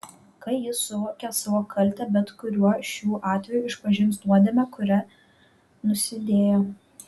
kai jis suvokia savo kaltę bet kuriuo šių atvejų išpažins nuodėmę kuria nusidėjo